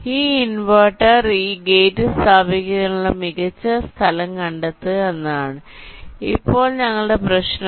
ഈ ഇൻവെർട്ടർ ഈ ഗേറ്റ് സ്ഥാപിക്കുന്നതിനുള്ള മികച്ച സ്ഥലം കണ്ടെത്തുക എന്നതാണ് ഇപ്പോൾ ഞങ്ങളുടെ പ്രശ്നം